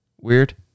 weird